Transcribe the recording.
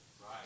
Right